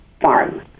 farm